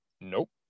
Nope